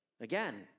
Again